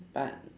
but